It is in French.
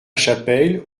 chapelle